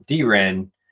DREN